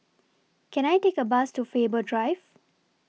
Can I Take A Bus to Faber Drive